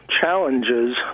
challenges